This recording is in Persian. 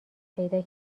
پیدا